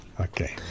Okay